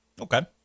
Okay